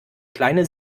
kleine